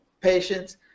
patients